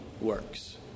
works